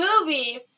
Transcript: movie